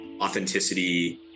authenticity